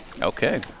Okay